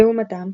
לעומתם,